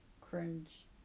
Cringe